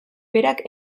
berak